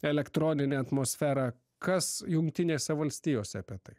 elektroninę atmosferą kas jungtinėse valstijose apie tai